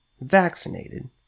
vaccinated